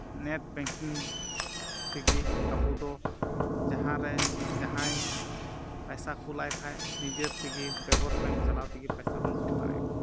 net banking ᱛᱮᱜᱮ ᱟᱵᱚᱫᱚ ᱡᱟᱦᱟᱸᱨᱮ ᱡᱟᱦᱟᱸᱭ ᱯᱚᱭᱥᱟ ᱠᱳᱞᱟᱭ ᱠᱷᱟᱱ ᱱᱤᱡᱮ ᱛᱮᱜᱮ ᱵᱮᱜᱚᱨ ᱵᱮᱝᱠ ᱪᱟᱞᱟᱣ ᱛᱮᱜᱮ ᱯᱚᱭᱥᱟ ᱵᱚᱱ ᱠᱳᱞ ᱫᱟᱲᱮᱜ ᱠᱟᱱᱟ